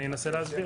אני אנסה להסביר.